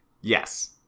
Yes